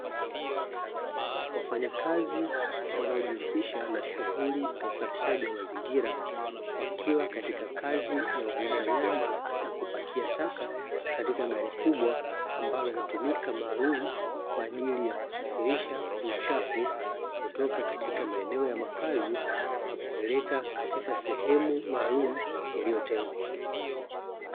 Wafanyakazi wanaojihusisha na shughuli ya usafishaji wa mazingira, wakiwa katika kazi ya ukusanyaji na kupakia taka katika gari kubwa, ambalo hutumika maalumu kwa ajili ya kusafirisha uchafu kutoka katika maeneo ya makazi, na kupeleka katika sehemu maalumu iliyotengwa.